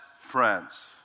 friends